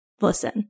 listen